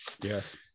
Yes